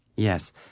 Yes